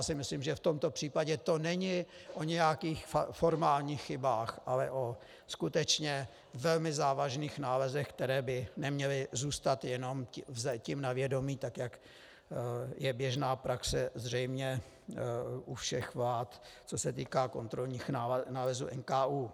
A já si myslím, že v tomto případě to není o nějakých formálních chybách, ale o skutečně velmi závažných nálezech, které by neměly zůstat jenom vzetím na vědomí, tak jak je běžná praxe zřejmě u všech vlád, co se týká kontrolních nálezů NKÚ.